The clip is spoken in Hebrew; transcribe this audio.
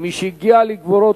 כמי ש"הגיע לגבורות",